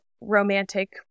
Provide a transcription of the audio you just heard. romantic